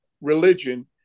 religion